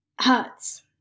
hurts